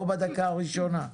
לא בדקה הראשונה.